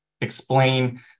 explain